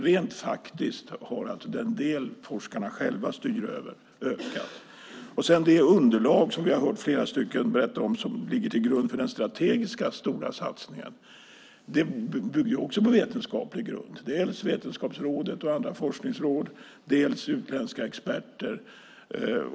Rent faktiskt har den del forskarna själva styr över ökat. Det underlag vi har hört flera berätta om, som ligger till grund för den strategiska satsningen, bygger också på vetenskaplig grund, dels av Vetenskapsrådet och andra forskningsråd, dels av utländska experter.